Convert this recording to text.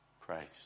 Christ